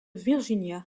virginia